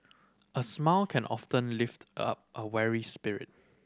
a smile can often lift up a weary spirit